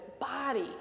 body